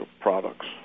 products